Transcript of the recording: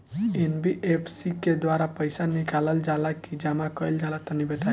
NBFC के द्वारा पईसा निकालल जला की जमा कइल जला तनि बताई?